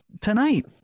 tonight